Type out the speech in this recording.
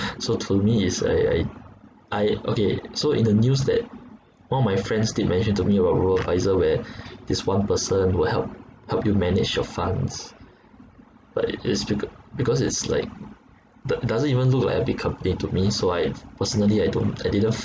so to me is I I I okay so in the news that one of my friends did mention to me about robo adviser where this one person will help help you manage your funds but it is becau~ because it's like doe~ doesn't even look like a big company to me so I personally I don't I didn't